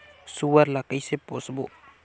सुअर ला कइसे पोसबो?